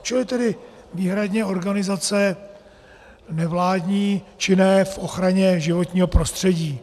Čili tedy výhradně organizace nevládní, činné v ochraně životního prostředí.